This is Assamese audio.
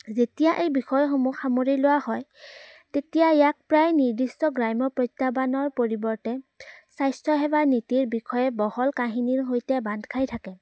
যেতিয়া এই বিষয়সমূহ সামৰি লোৱা হয় তেতিয়া ইয়াক প্ৰায় নিৰ্দিষ্ট গ্ৰাম্য প্ৰত্যাহ্বানৰ পৰিৱৰ্তে স্বাস্থ্যসেৱা নীতিৰ বিষয়ে বহল কাহিনীৰ সৈতে বান্ধ খাই থাকে